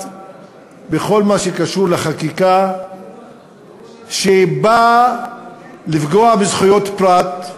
בכל מה שקשור לחקיקה שבאה לפגוע בזכויות פרט,